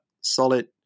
solid